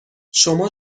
شما